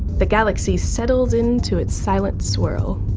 the galaxy settles in to its silent swirl.